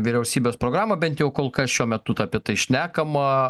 vyriausybės programą bent jau kol kas šiuo metu ta apie tai šnekama